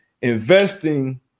Investing